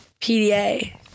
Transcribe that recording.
PDA